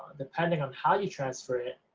depending on how you transfer it,